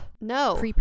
no